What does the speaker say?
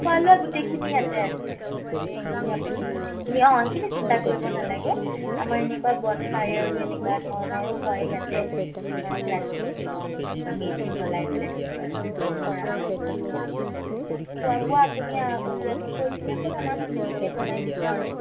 খোৱা লোৱা গোটেইখিনি ইয়াতে আছে গোটেইখিনি আপুনি সেইখিনি অঁ সেইখিনি চিন্তা কৰিব নালাগে আমাৰ এনেকুৱা বন ফায়াৰো এনেকুৱা ধৰণৰো হয় ইয়াতে ধৰক ৰাতি এনেকুৱা আমি বা মেজি জ্বলাই পেলাই তেনেকুৱা ধৰণৰো কৰা হয় তাৰপিছত খোৱা বোৱা আপুনি আগতীয়াকে কৈ দিলেই হ'ল আমাৰ মানুহখিনিয়ে বনাই দিব আৰু